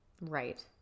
Right